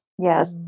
Yes